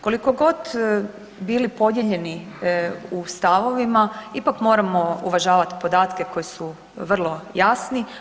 Koliko god bili podijeljeni u stavovima ipak moramo uvažavati podatke koji su vrlo jasni.